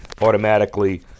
automatically